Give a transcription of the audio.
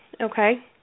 Okay